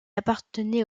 appartenait